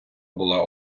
була